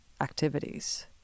activities